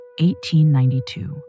1892